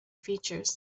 features